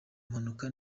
mpanuka